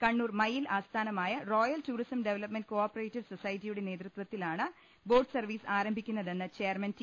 കണ്ണൂർ മയ്യിൽ ആസ്ഥാനമായ royal tourism development cooperative സൊസൈറ്റിയുടെ നേതൃത്വത്തിലാണ് ബോട്ട് സർപ്പീസ് ആരംഭിക്കുന്നതെന്ന് ചെയർമാൻ ടി